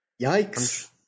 Yikes